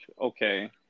okay